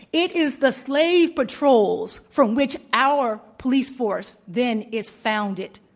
it is the slave patrols from which our police force then is founded.